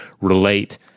relate